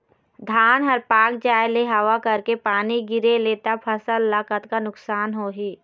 धान हर पाक जाय ले हवा करके पानी गिरे ले त फसल ला कतका नुकसान होही?